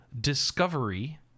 Discovery